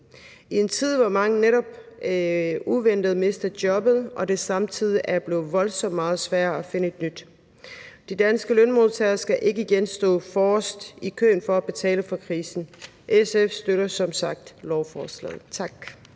i en tid, hvor mange netop uventet mister jobbet og det samtidig er blevet voldsomt meget sværere at finde et nyt. De danske lønmodtagere skal ikke igen stå forrest i køen for at betale for krisen. SF støtter som sagt lovforslaget. Tak.